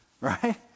right